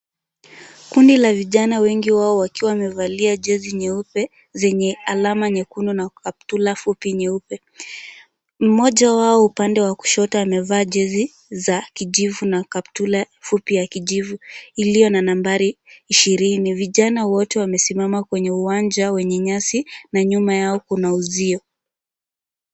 Kundi la vijana wengi wao wakiwa wamevalia jezi nyeupe zenye alama nyekundu na kaptula fupi nyeupe. Mmoja wao upande wa kushoto amevaa jezi za kijivu na kaptula fupi ya kijivu iliyo na nambari ishirini. Vijana wote wamesimama kwenye uwanja wenye nyasi na nyuma yao kuna uzio.